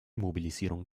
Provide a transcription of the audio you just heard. mobilisierung